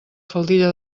faldilla